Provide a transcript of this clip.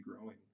growing